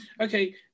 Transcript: Okay